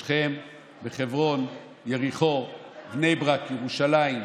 בשכם, בחברון, יריחו, בני ברק, ירושלים,